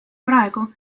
praegu